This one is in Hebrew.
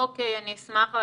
אוקיי, אני אשמח.